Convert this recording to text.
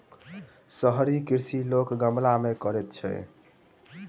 शहरी कृषि लोक गमला मे करैत छै